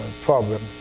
problem